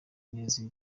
neza